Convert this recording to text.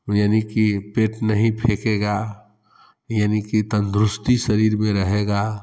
यानी कि पेट नहीं फेंकेगा यानी कि तंदुरुस्ती शरीर में रहेगी